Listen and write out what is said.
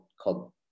called